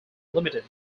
limited